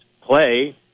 play